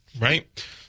right